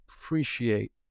appreciate